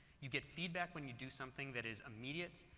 you get feedback when you do something that is immediate